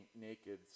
naked